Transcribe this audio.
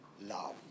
love